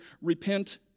Repent